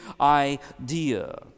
idea